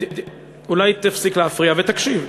אולי תפסיק להפריע ותקשיב,